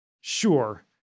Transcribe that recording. Sure